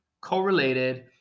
correlated